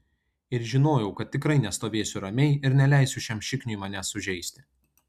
ir žinojau kad tikrai nestovėsiu ramiai ir neleisiu šiam šikniui manęs sužeisti